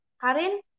Karin